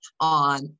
on